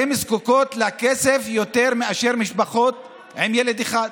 זקוקות לכסף יותר מאשר משפחות עם ילד אחד,